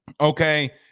okay